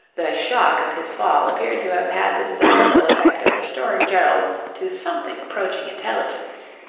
the shock of his fall appeared to have had the desirable effect of restoring gerald to something approaching intelligence.